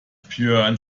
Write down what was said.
björn